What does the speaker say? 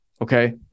Okay